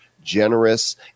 generous